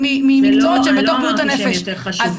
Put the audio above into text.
וגם מטפלים באומנות זה מקצוע חשוב.